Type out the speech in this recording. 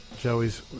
Joey's